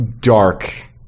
dark